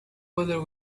whether